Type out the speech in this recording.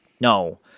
no